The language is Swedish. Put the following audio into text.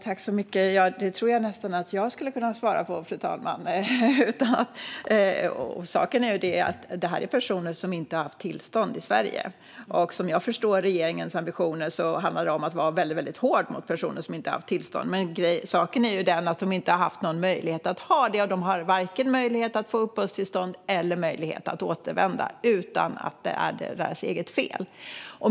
Fru talman! Det tror jag nästan att jag skulle kunna svara på. Detta är personer som inte har haft tillstånd i Sverige, och som jag förstår regeringens ambitioner handlar det om att vara väldigt hård mot personer som inte haft tillstånd. Men saken är den att de inte har haft någon möjlighet att ha det. De har varken möjlighet att få uppehållstillstånd eller möjlighet att återvända, utan att det är deras eget fel.